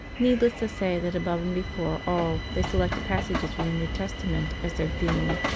needless to say that above and before all they selected passages from the new testament as their theme.